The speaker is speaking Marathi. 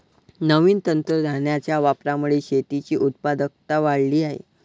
नवीन तंत्रज्ञानाच्या वापरामुळे शेतीची उत्पादकता वाढली आहे